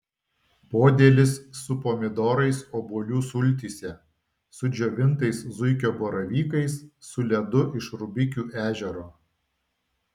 podėlis su pomidorais obuolių sultyse su džiovintais zuikio baravykais su ledu iš rubikių ežero